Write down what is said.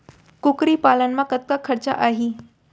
कुकरी पालन म कतका खरचा आही?